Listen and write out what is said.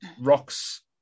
rocks